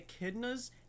echidnas